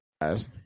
guys